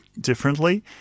Differently